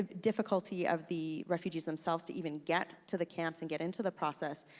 ah difficulty of the refugees themselves to even get to the camps and get into the process,